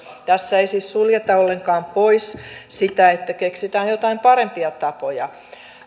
tässä ei siis suljeta ollenkaan pois sitä että keksitään joitakin parempia tapoja